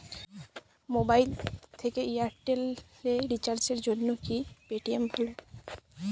Mobile থেকে Airtel এ রিচার্জের জন্য কি পেটিএম ভালো?